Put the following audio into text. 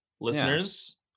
Listeners